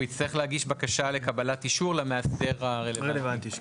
והוא יצטרך להגיש בקשה לקבלת האישור למאסדר הרלוונטי.